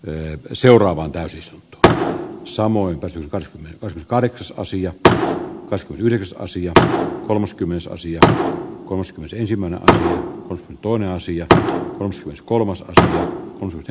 tein seuraavan tai siis tää samoin kone on kahdeksasosia tää kas kun yritys on siirtää kolmaskymmenes ja koska se ensimmäinen ja toinen asia on se kolmas ja ed